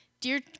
Dear